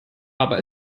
aber